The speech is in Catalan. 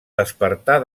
despertar